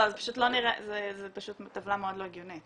לא, זה פשוט טבלה מאוד לא הגיונית.